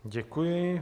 Děkuji.